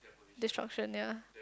destruction ya